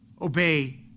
obey